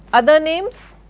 other names